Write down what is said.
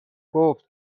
گفت